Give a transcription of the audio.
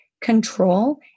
control